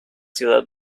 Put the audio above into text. ciudad